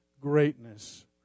greatness